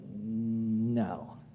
no